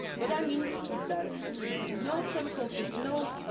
what i mean is that no chemical system, no